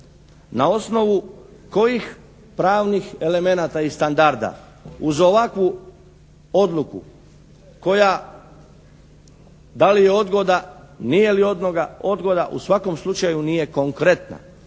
Na osnovu kojih pravnih elemenata i standarda uz ovakvu odluku koja, da li je odgoda, nije li odgoda, u svakom slučaju nije konkretna.